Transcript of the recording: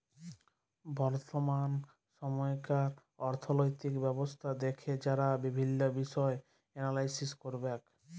বর্তমাল সময়কার অথ্থলৈতিক ব্যবস্থা দ্যাখে যারা বিভিল্ল্য বিষয় এলালাইস ক্যরবেক